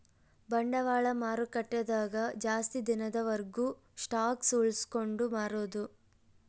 ಬಂಡವಾಳ ಮಾರುಕಟ್ಟೆ ದಾಗ ಜಾಸ್ತಿ ದಿನದ ವರ್ಗು ಸ್ಟಾಕ್ಷ್ ಉಳ್ಸ್ಕೊಂಡ್ ಮಾರೊದು